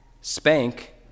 spank